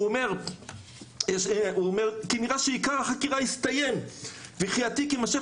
הוא אומר 'כי נראה שעיקר החקירה הסתיים וכי התיק יימשך,